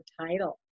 title